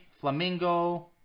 Flamingo